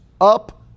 up